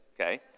Okay